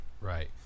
Right